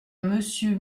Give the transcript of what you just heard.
monsieur